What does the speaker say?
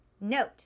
Note